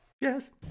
Yes